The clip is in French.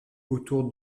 autour